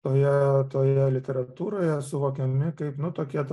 toje toje literatūroje suvokiami kaip nu tokie